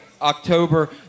October